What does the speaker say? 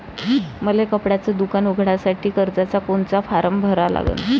मले कपड्याच दुकान उघडासाठी कर्जाचा कोनचा फारम भरा लागन?